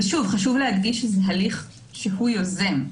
חשוב להדגיש שזה הליך שהוא יוזם,